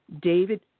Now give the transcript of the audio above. David